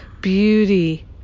beauty